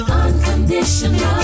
unconditional